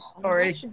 sorry